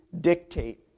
dictate